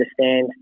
understand